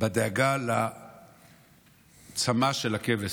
בדאגה לצמא של הכבש,